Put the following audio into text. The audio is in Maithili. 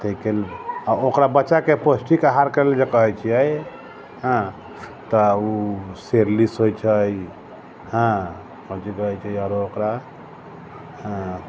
ताहिके आओर बच्चाके पौष्टिक आहारके लेल जे कहै छिए हँ तऽ ओ सेरेलिस होइ छै हँ कोन चीज कहै छै आओर ओकरा